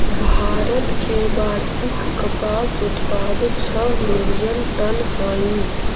भारत के वार्षिक कपास उत्पाद छः मिलियन टन हई